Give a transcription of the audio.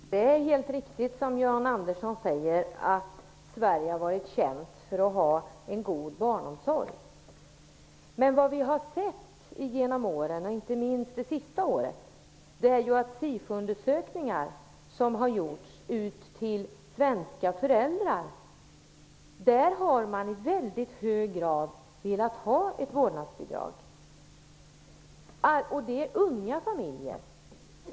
Fru talman! Det är helt riktigt som Jan Andersson säger, att Sverige har varit känt för att ha en god barnomsorg. Men vad vi har sett under åren, och inte minst de senaste åren, är att SIFO undersökningar bland svenska föräldrar visar att man i hög grad vill ha ett vårdnadsbidrag. Det gäller unga familjer.